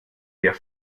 dir